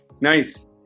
Nice